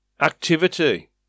activity